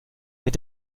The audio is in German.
mit